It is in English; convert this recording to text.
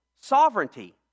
sovereignty